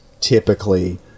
typically